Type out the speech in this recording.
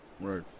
Right